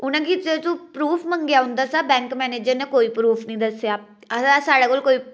उ'नें प्ही प्रूफ मंगेआ उं'दे थमां बैंक मैनेजर नै कोई प्रूफ निं दस्सेआ आखदे साढ़े कोल कोई